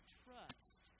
trust